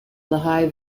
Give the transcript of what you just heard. lehigh